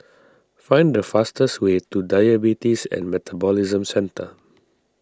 find the fastest way to Diabetes and Metabolism Centre